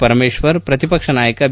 ಪರಮೇಶ್ವರ್ ಪ್ರತಿಪಕ್ಷನಾಯಕ ಬಿ